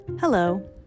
Hello